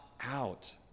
out